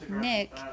Nick